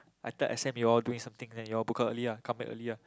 I tell S_M you all doing something then you all book out early ah come back early ah